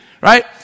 right